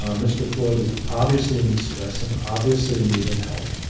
um mr. floyd is obviously in distress and obviously in need of help,